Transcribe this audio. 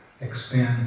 expand